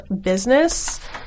business